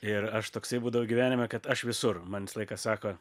ir aš toksai būdavau gyvenime kad aš visur man visą laiką sako